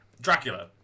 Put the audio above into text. Dracula